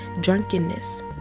drunkenness